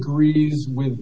agreed with